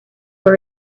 were